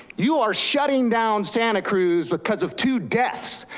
you are shutting down santa cruz but cause of two deaths.